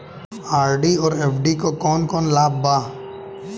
RD और FD क कौन कौन लाभ बा?